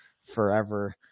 forever